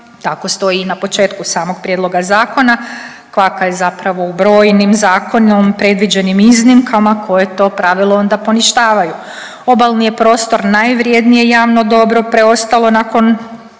tako stoji i na početku samog prijedloga Zakona. Kvaka je zapravo u brojnim zakonom predviđenim iznimkama koje to pravilo onda poništavaju. Obalni je prostor najvrijednije javno dobro preostalo nakon